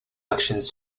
elections